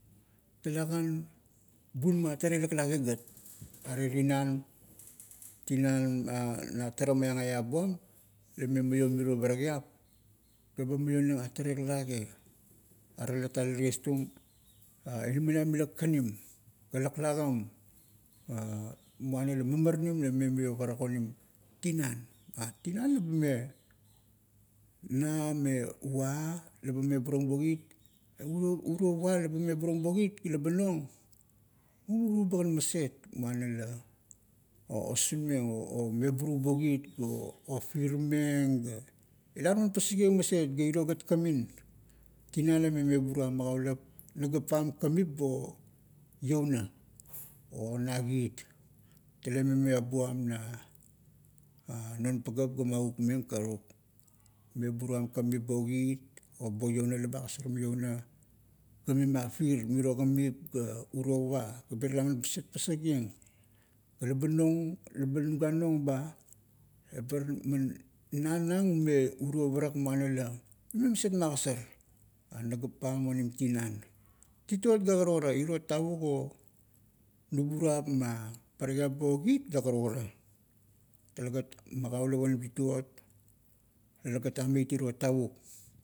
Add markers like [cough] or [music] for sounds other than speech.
Talagan bunama a tara ila laklage gat. Are tinan, tinan, [hesitation] na tara maiang eap buam, la ime maiom miro parakiap, gaba maionang a tara ila laklage. Are lata la ties tung, inaminiap mila kanim, ga laklagam [hesitation] muana la maranim la ime maio barak onim tinan. Tinan la, bume na me ua leba meburung bo kit. Uro va leba meburung bo kit leba nong, mumuru bakan maset, muana la usunmeng, o meburu bo kit ga ofirmeng ga, ila man pasakieng maset. Ga iro gat kamin, tinan la ime meburua magaulap, nagap pam kamip bo iouna, o na kit. Tale me miabua na non pagap ga magukmeng, karuk, meburuam kamip bo kit, o bo iuona laba agasarmeng iouna, ga mime mafir mirie kamip. ga uro ua, gabar ila man pasakieng. Laba nong, laba nuga nong ba, ebar man na nang me uro parak muana la mime maset magasar, nagap pam onim tinan. Tituot ga karukara. Iro tavuk o unuburuap ma parakiap bo kit la karukara. Talegat, magaulap onim tituot, talegat ameit iro tavuk.